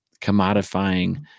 commodifying